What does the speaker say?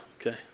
Okay